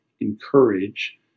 encourage